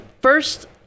first